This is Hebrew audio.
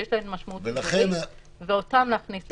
שיש להן משמעות ציבורית, ואותן להכניס.